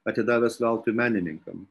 atidavęs veltui menininkam